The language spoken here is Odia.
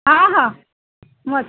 ହଁ ହଁ ମୁଁ ଅଛି